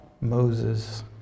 Moses